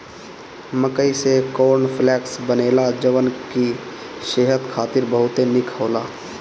मकई से corn flakes बनेला जवन की सेहत खातिर बहुते निक होला